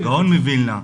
הגאון מוילנה.